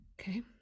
Okay